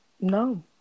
no